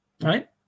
Right